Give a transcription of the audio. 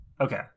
Okay